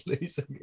losing